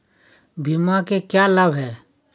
बीमा के क्या लाभ हैं?